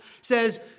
says